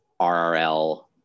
RRL